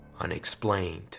unexplained